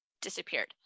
disappeared